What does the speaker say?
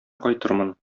кайтырмын